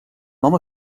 nom